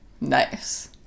nice